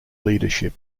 leadership